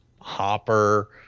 Hopper